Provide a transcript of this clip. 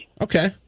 Okay